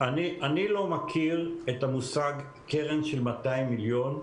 אני לא מכיר את המושג קרן של 200 מיליון,